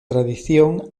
tradición